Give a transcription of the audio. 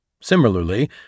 Similarly